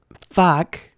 fuck